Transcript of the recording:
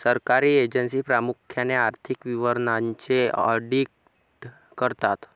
सरकारी एजन्सी प्रामुख्याने आर्थिक विवरणांचे ऑडिट करतात